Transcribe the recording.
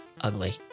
ugly